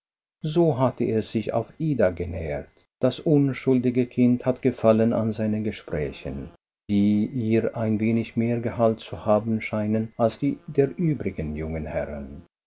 so hatte er sich auch ida genähert das unschuldige kind hatte gefallen an seinen gesprächen die ihr ein wenig mehr gehalt zu haben schienen als die der übrigen jungen herren